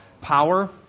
power